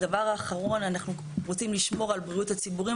אנחנו רוצים לשמור על בריאות הציבור,